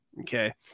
Okay